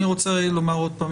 אני רוצה רגע לומר עוד פעם,